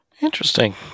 Interesting